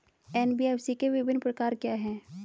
NBFC के विभिन्न प्रकार क्या हैं?